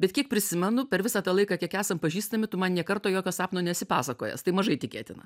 bet kiek prisimenu per visą tą laiką kiek esam pažįstami tu man nė karto jokio sapno nesi pasakojęs tai mažai tikėtina